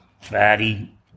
fatty